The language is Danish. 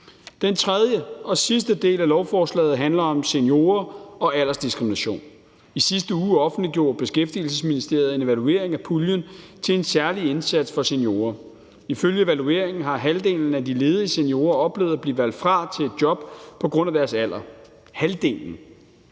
Den tredje og sidste del af lovforslaget handler om seniorer og aldersdiskrimination. I sidste uge offentliggjorde Beskæftigelsesministeriet en evaluering af puljen til en særlig indsats for seniorer. Ifølge evalueringen har halvdelen af de ledige seniorer oplevet at blive valgt fra til et job på grund af deres alder – halvdelen!